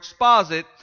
exposit